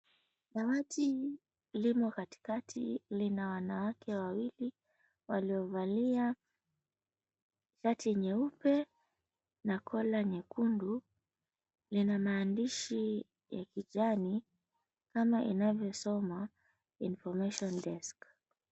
Dawati limo katikati lina wanawake wawili waliovalia shati nyeupe na collar nyekundu, lina maandishi ya kijani kama inavyosomwa, "Information desk."